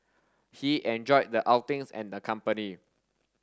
he enjoyed the outings and the company